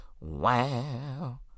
Wow